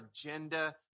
agenda